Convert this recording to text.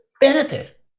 benefit